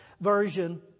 Version